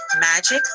Magic